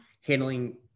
handling